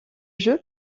jeu